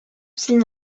signe